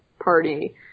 party